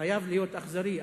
חייב להיות אכזרי.